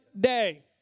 day